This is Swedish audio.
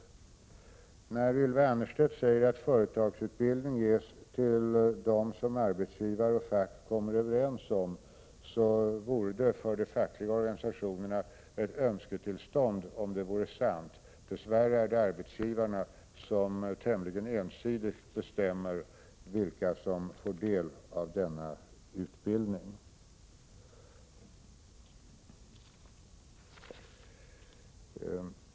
Ylva Annerstedt sade att företagsutbildning ges till dem som arbetsgivare och fack kommer överens om. Det vore för de fackliga organisationerna ett önsketillstånd, om detta vore sant. Dess värre är det arbetsgivarna som tämligen ensidigt bestämmer vilka som får del av denna utbildning.